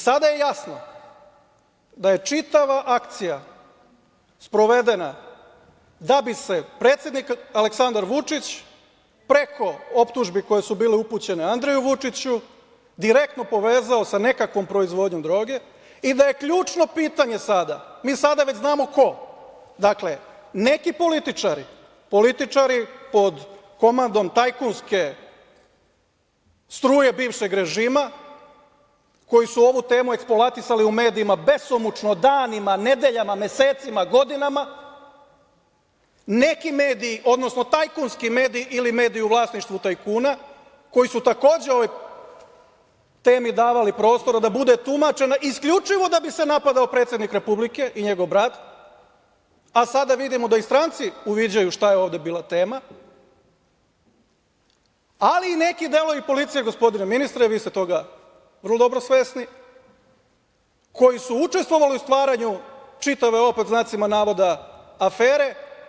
Sada je jasno da je čitava akcija sprovedena da bi se predsednik Aleksandar Vučić, preko optužbi koje su bile upućene Andreju Vučiću, direktno povezao sa nekakvom proizvodnjom droge i da je ključno pitanje sada, a mi sada već znamo ko, dakle, neki političari, političari pod komandom tajkunske struje bivšeg režima koji su ovu temu eksploatisali u medijima besomučno, danima, nedeljama, mesecima, godinama, neki mediji, odnosno tajkunski mediji ili mediji u vlasništvu tajkuna koji su takođe ovoj temi davali prostora da bude tumačena isključivo da bi se napadao predsednik Republike i njegov brat, a sada vidimo da i stranci uviđaju šta je ovde bila tema, ali i neki delovi policije, gospodine ministre, vi ste toga vrlo dobro svesni, koji su učestvovali u stvaranju čitave ove pod znacima navoda afere.